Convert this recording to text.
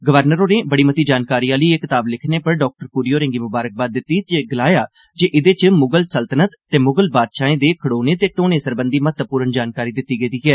governor होरें बड़ी मती जानकारी आह्ला एह कताब लिक्खने पर डाक्टर पुरी होरेंगी मुबारकबाद दित्ती ते गलाया जे एहदे च मुगल सलतनत ते मुगल बादषाहें दे खड़े होने ते फ्ही खत्म होने सरबंधी महत्वपूर्ण जानकारी दित्ती गेदी ऐ